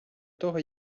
того